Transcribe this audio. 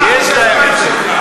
יש להם משהו.